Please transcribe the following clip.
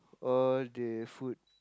all the food